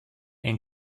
and